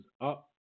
up